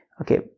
okay